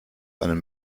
einen